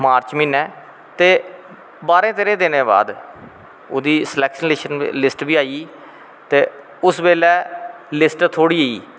मार्च हमीनें ते बाह्रें तेह्रें दिनें बाद ओह्दी स्लैकशन लिस्ट बी आई ते उस बेल्लै लिस्ट थोह्ड़ी